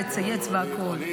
לצייץ והכול,